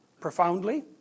profoundly